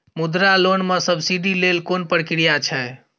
मुद्रा लोन म सब्सिडी लेल कोन प्रक्रिया छै?